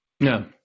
no